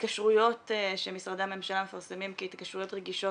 התקשרויות שמשרדי הממשלה מפרסמים כהתקשרויות רגישות